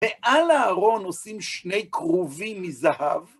ועל הארון עושים שני כרובים מזהב.